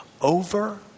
over